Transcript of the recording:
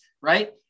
right